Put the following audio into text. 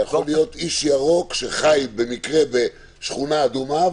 אתה יכול להיות איש ירוק שחי במקרה בשכונה אדומה,